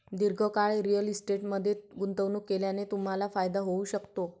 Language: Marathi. दीर्घकाळ रिअल इस्टेटमध्ये गुंतवणूक केल्याने तुम्हाला फायदा होऊ शकतो